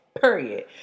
Period